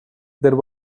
there